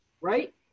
Right